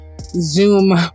Zoom